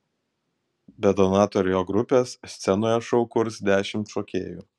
be donato ir jo grupės scenoje šou kurs dešimt šokėjų